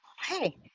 hey